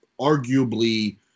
arguably